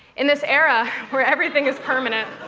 in this era, where everything is permanent,